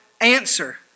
answer